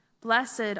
Blessed